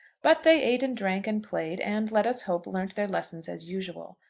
but they ate and drank and played, and, let us hope, learnt their lessons as usual.